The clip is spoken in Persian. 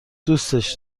دوستش